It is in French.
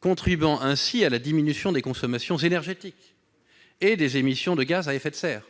contribuant ainsi à la diminution des consommations énergétiques et des émissions de gaz à effet de serre.